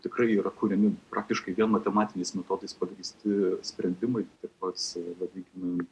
tikrai yra kuriami praktiškai vien matematiniais metodais pagrįsti sprendimai tai pats vadinkim